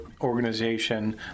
organization